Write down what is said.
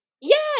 Yes